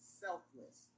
selfless